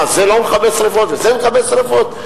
מה, זה לא מכבה שרפות וזה מכבה שרפות?